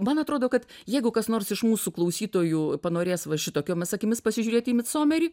man atrodo kad jeigu kas nors iš mūsų klausytojų panorės va šitokiomis akimis pasižiūrėti į micomerį